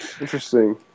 Interesting